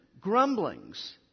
grumblings